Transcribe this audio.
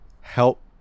Help